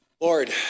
Lord